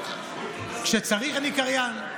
כשצריך, אני קריין.